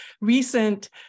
recent